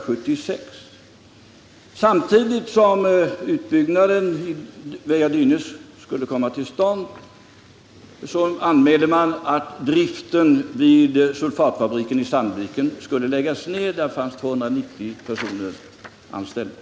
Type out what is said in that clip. Samtidigt som utbyggnaden i Väja-Dynäs skulle komma till stånd anmälde man att driften vid sulfatfabriken i Sandviken skulle läggas ned. Där fanns det 290 personer anställda.